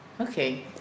okay